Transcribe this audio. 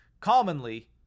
commonly